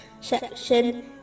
section